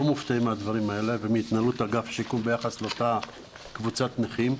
מופתעים מהדברים האלה ומהתנהלות אגף השיקום ביחס לאותה קבוצת הנכים,